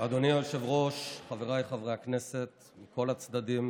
אדוני היושב-ראש, חבריי חברי הכנסת מכל הצדדים,